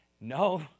No